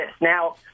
Now